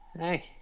Hey